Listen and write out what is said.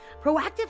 Proactive